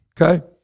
Okay